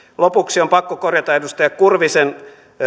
lopuksi on pakko korjata edustaja kurvisen